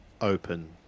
open